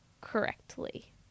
correctly